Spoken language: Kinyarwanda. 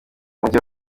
umujyi